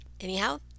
Anyhow